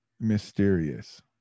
mysterious